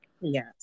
Yes